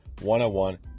one-on-one